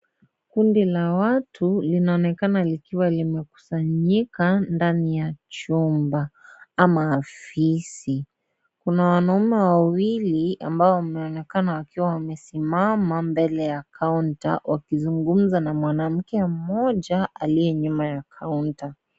Kundi la watu linaonekana likiwa limekusanyika ndani ya chumba ama afisi. Kuna wanaume wawili ambao wameonekana wakiwa wamesimama, mbele ya kaunta wakizungumza na mwanamke mmoja aliye nyuma ya kaunta.